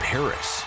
Paris